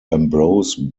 ambrose